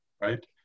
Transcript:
right